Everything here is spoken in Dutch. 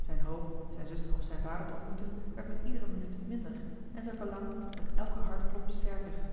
zijne hoop zijne zuster of zijnen vader te ontmoeten werd met iedere minuut minder en zijn verlangen met elken hartklop sterker